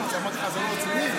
אמרתי לך שזה לא רציני?